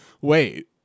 Wait